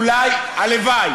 אולי, הלוואי.